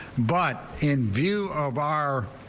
but in view of our.